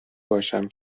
باشم